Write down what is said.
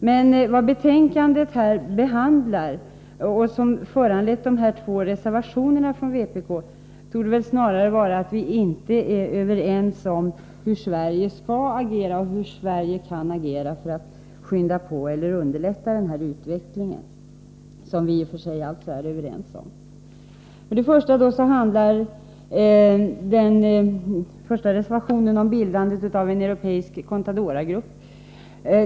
Men vad betänkandet behandlar och det som föranlett de två reservationerna från vpk är snarare det förhållandet, att vi inte är överens om hur Sverige skall agera och hur Sverige kan agera för att skynda på eller underlätta en sådan här utveckling, som vi alltså i och för sig är överens om att man skall arbeta för. Reservation 1 handlar om bildande av en europeisk Contadora-grupp.